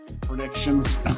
Predictions